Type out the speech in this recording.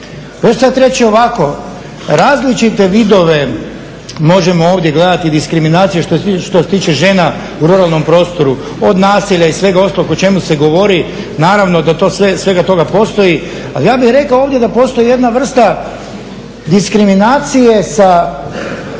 sad reći ovako. Različite vidove možemo ovdje gledati diskriminaciju što se tiče žena u ruralnom prostoru od nasilja i svega ostalog o čemu se govori. Naravno da svega toga postoji. Ali ja bih rekao ovdje da postoji jedna vrsta diskriminacije sa